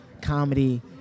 comedy